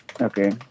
Okay